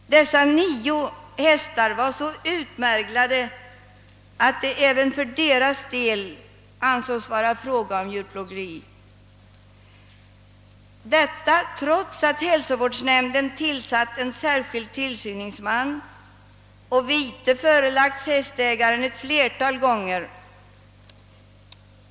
även dessa hästar ansågs ha blivit utsatta för djurplågeri. Detta hade hänt trots att hälsovårdsnämnden utsett en särskild tillsyningsman och trots att hästägaren förelagts vite ett flertal gånger.